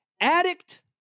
addict